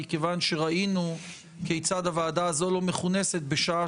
מכיוון שראינו כיצד הוועדה הזאת לא מכונסת בשעה